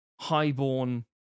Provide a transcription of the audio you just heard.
highborn